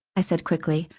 i said quickly.